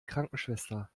krankenschwester